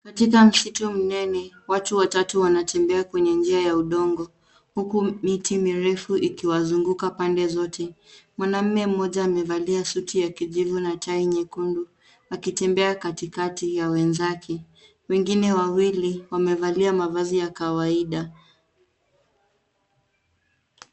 Katika msitu mnene, watu watatu wanatembea kwenye njia ya udongo huku miti mirefu ikiwazunguka pande zote. Mwanamume mmoja amevalia suti ya kijivu na tai nyekundu akitembea katikati ya wenzake, wengine wawili wamevalia mavazi ya kawaida.